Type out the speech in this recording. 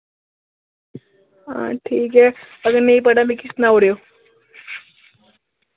हां ठीक ऐ अगर नेईं पढ़ै मिकी सनाई ओड़यो